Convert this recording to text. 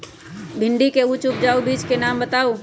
भिंडी के उच्च उपजाऊ बीज के नाम बताऊ?